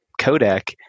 codec